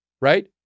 Right